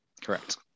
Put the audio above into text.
correct